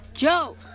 Joe